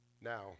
Now